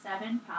seven